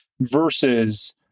versus